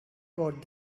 about